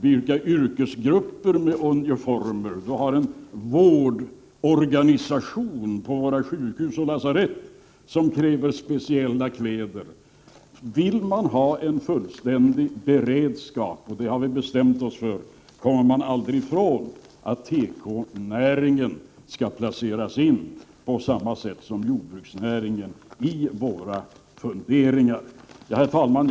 Vi har olika yrkesgrupper med uniformer, t.ex. en vårdorganisation på sjukhus och lasarett som kräver speciella kläder. Vill man ha en fullständig beredskap, och det har vi bestämt oss för, kommer man aldrig ifrån att tekonäringen skall placeras in på samma sätt som jordbruksnäringen i våra funderingar. Herr talman!